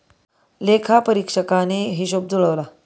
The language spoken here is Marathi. लेखापरीक्षकाने हिशेब जुळवला